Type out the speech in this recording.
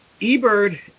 eBird